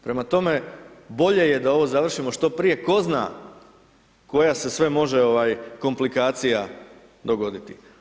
Prema tome, bolje je da ovo završimo što prije, ko zna, koja se sve može komplikacija dogoditi.